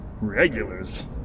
Regulars